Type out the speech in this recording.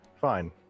fine